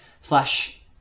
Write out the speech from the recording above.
slash